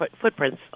footprints